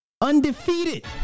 Undefeated